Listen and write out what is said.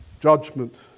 judgment